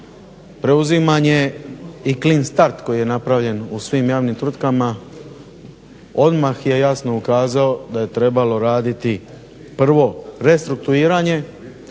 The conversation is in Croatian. Preuzimanje i clean start koji je napravljen u svim javnim tvrtkama odmah je jasno ukazao da je trebalo raditi prvo restrukturiranje,